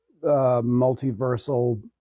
multiversal